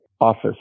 office